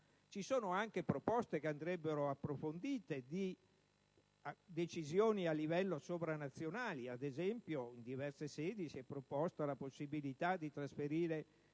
Ci sono poi anche proposte che andrebbero approfondite circa decisioni a livello sovranazionale: ad esempio, in diverse sedi si è proposta la possibilità di trasferire